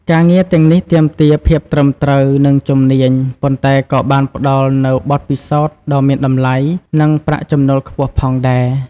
ការងារទាំងនេះទាមទារភាពត្រឹមត្រូវ និងជំនាញ ប៉ុន្តែក៏បានផ្ដល់នូវបទពិសោធន៍ដ៏មានតម្លៃ និងប្រាក់ចំណូលខ្ពស់ផងដែរ ។